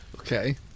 Okay